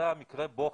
זה מקרה בוחן.